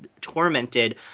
tormented